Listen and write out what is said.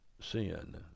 sin